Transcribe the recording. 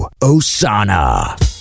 osana